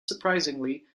surprisingly